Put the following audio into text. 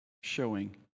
showing